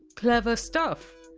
clever stuff!